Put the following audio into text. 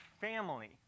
family